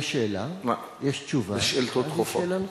יש שאלה, יש תשובה, ואז יש שאלה נוספת.